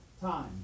time